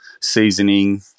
seasoning